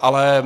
Ale